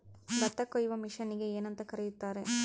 ಭತ್ತ ಕೊಯ್ಯುವ ಮಿಷನ್ನಿಗೆ ಏನಂತ ಕರೆಯುತ್ತಾರೆ?